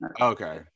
Okay